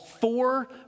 four